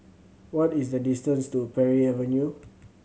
what is the distance to Parry Avenue